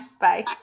Bye